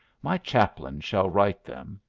my chaplain shall write them.